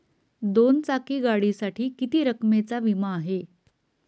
दोन चाकी गाडीसाठी किती रकमेचा विमा आहे?